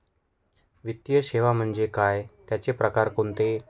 वित्तीय सेवा म्हणजे काय? त्यांचे प्रकार कोणते?